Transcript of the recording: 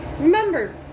Remember